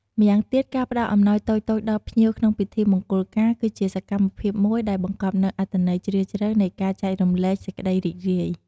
ម៉្យាងទៀត ការផ្តល់អំណោយតូចៗដល់ភ្ញៀវក្នុងពិធីមង្គលការ គឺជាសកម្មភាពមួយដែលបង្កប់នូវអត្ថន័យជ្រាលជ្រៅនៃការចែករំលែកសេចក្តីរីករាយ។